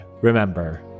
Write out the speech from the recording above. remember